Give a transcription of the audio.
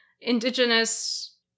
indigenous